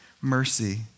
mercy